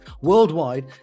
Worldwide